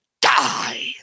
die